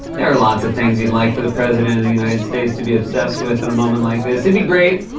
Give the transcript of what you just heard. there are lots of things you'd like for the president of the united states to be obsessed with in a moment like this. it'd be great,